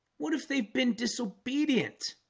what if they've been disobedient